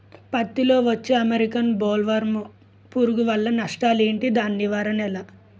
పత్తి లో వచ్చే అమెరికన్ బోల్వర్మ్ పురుగు వల్ల నష్టాలు ఏంటి? దాని నివారణ ఎలా?